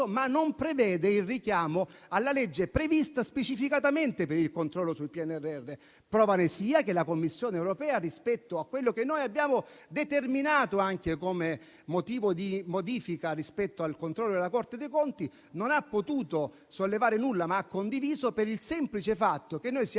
ma non prevede il richiamo alla legge prevista specificatamente per il controllo sul PNRR. Prova ne sia che la Commissione europea, rispetto a quello che noi abbiamo determinato come motivo di modifica rispetto al controllo della Corte dei conti, non ha potuto sollevare nulla, ma ha condiviso, per il semplice fatto che noi siamo